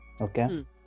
okay